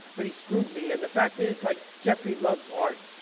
but he screwed me, and the fact is like jeffrey loves art.